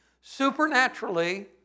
supernaturally